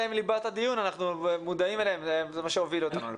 אנחנו מודעים אליהם וזה מה שהוביל אותנו לפה.